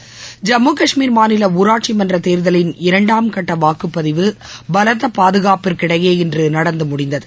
ஐம்மு கஷ்மீர் மாநில ஊராட்சிமன்ற தேர்தலின் இரண்டாம் கட்ட வாக்குப்பதிவு பலத்த பாதுகாப்பிற்கிடையே இன்று நடந்து முடிந்தது